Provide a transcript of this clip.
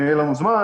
אם יהיה לנו זמן,